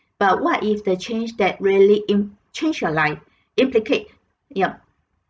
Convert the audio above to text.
but what if the change that really it change your life implicate yup